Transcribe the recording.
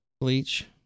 bleach